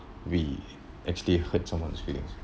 we actually hurt someone's feelings